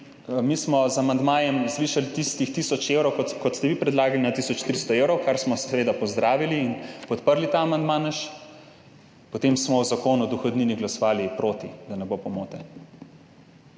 mi smo z amandmajem zvišali tistih tisoč evrov, kot ste vi predlagali, na tisoč 300 evrov, kar smo seveda pozdravili in podprli ta naš amandma, potem smo o Zakonu o dohodnini glasovali proti, da ne bo pomote.